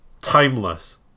timeless